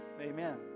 Amen